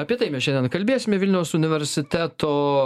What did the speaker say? apie tai mes šiandien kalbėsime vilniaus universiteto